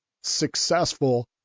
successful